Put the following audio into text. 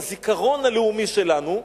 בזיכרון הלאומי שלנו,